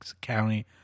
County